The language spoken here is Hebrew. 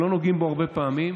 שלא נוגעים בו הרבה פעמים,